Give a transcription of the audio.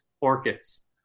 orchids